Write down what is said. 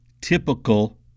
typical